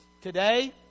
Today